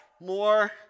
more